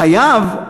בחייב,